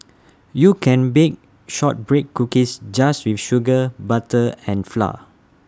you can bake Shortbread Cookies just with sugar butter and flour